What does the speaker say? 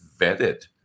vetted